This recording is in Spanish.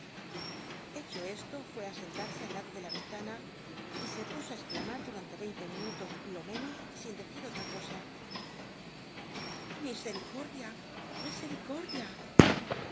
hecho esto fué á sentarse aliado de la y en tana y se puso á exclamar durante veinte minutos lo menos sin decir otra cosa misericordia